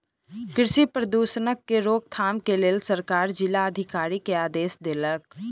कृषि प्रदूषणक के रोकथाम के लेल सरकार जिला अधिकारी के आदेश देलक